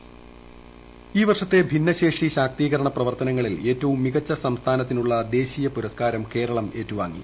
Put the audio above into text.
ഭിന്നശേഷി പുരസ്ക്കാരം ഈ വർഷത്തെ ഭിന്നശേഷി ശാക്തീകരണ പ്രവർത്തനങ്ങളിൽ ഏറ്റവും മികച്ച സംസ്ഥാനത്തിനുള്ള ദേശീയ പുരസ്കാരം കേരളം ഏറ്റുവാങ്ങി